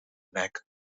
nek